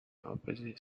opposite